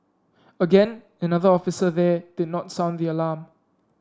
again another officer there did not sound the alarm